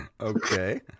Okay